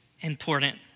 important